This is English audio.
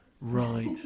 Right